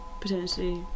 potentially